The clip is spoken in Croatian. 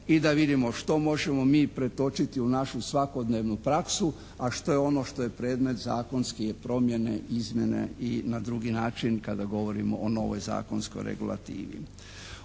i da vidimo što možemo mi pretočiti u našu svakodnevnu praksu a što je ono što je predmet zakonski je promjene, izmjene i na drugi način kada govorimo o novoj zakonskoj regulativi.